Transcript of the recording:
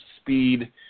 speed